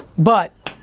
but,